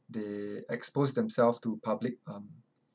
they expose themselves to public um